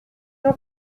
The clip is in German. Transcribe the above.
nur